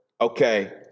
okay